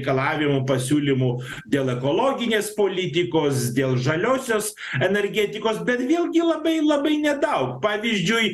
reikalavimų pasiūlymų dėl ekologinės politikos dėl žaliosios energetikos bet vėlgi labai labai nedaug pavyzdžiui